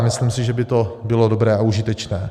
Myslím si, že by to bylo dobré a užitečné.